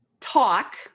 TALK